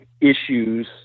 issues